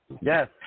yes